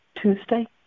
Tuesday